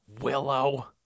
Willow